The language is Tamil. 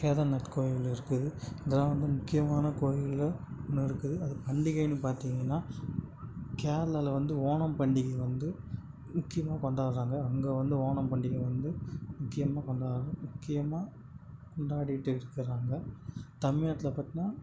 கேதார்நாத் கோவில் இருக்குது இதெல்லாம் வந்து முக்கியமான கோவில் ஒன்று இருக்குது பண்டிகைன்னு பார்த்திங்கன்னா கேரளாவில் வந்து ஓணம் பண்டிகை வந்து முக்கியமாக கொண்டாடுகிறாங்க அங்கே வந்து ஓணம் பண்டிகை வந்து முக்கியமாக கொண்டாடு முக்கியமாக கொண்டாடிகிட்டு இருக்கிறாங்க தமிழ்நாட்ல பார்த்தின்னா